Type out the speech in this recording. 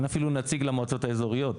אין אפילו נציג למועצות האזוריות,